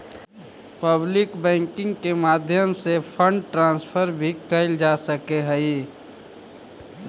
public banking के माध्यम से फंड ट्रांसफर भी कैल जा सकऽ हइ